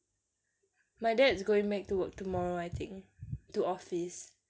my dad's going back to work tomorrow I think to office